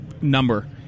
number